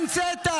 המצאת.